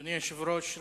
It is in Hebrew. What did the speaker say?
אדוני היושב-ראש,